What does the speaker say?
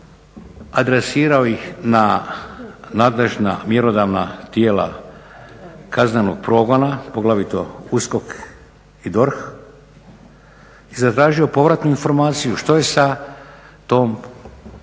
adresirao ih na nadležna mjerodavna tijela kaznenog progona, poglavito USKOK i DORH i zatražio povratnu informaciju što je sa tom kaznenom